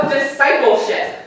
Discipleship